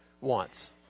wants